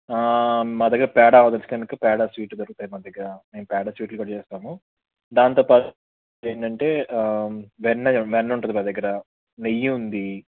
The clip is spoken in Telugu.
మా దగ్గర పేడా రుచి కనుక పేడా స్వీట్ దొరుకుతాయి మన దగ్గర మేము పేడా స్వీట్లు కూడా చేస్తాము దాంతోపాటు ఏంటంటే వెన్న వెన్ను ఉంటుంది మా దగ్గర నెయ్యి ఉంది